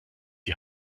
die